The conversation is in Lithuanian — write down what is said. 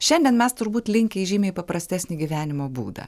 šiandien mes turbūt linkę į žymiai paprastesnį gyvenimo būdą